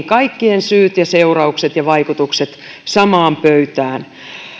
kaikkien syyt ja seuraukset ja vaikutukset samaan pöytään